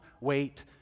wait